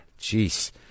Jeez